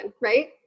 right